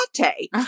latte